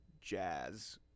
jazz